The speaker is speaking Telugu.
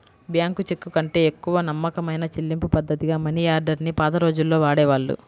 బ్యాంకు చెక్కుకంటే ఎక్కువ నమ్మకమైన చెల్లింపుపద్ధతిగా మనియార్డర్ ని పాత రోజుల్లో వాడేవాళ్ళు